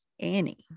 annie